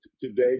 today